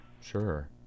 Sure